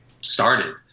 started